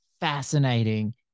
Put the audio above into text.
fascinating